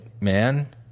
man